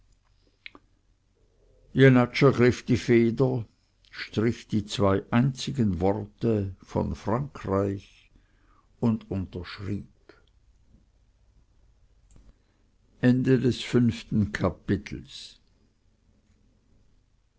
jenatsch ergriff die feder strich die zwei einzigen worte von frankreich und unterschrieb